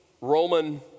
Roman